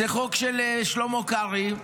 זה חוק של שלמה קרעי.